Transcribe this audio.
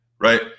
right